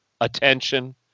attention